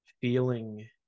feeling